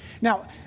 Now